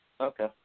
Okay